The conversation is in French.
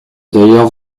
d’ailleurs